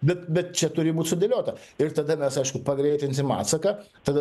bet bet čia turi būt sudėliota ir tada mes aišku pagreitinsim atsaką tada